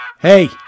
Hey